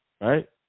Right